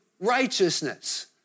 righteousness